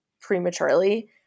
prematurely